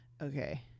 okay